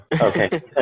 Okay